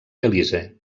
belize